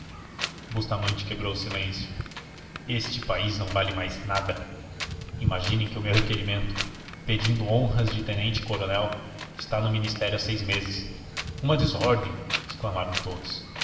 bustamante quebrou o silêncio este país não vale mais nada imaginem que o meu requerimento pedindo honras de tenentecoronel está no ministério há seis meses uma desordem exclamaram todos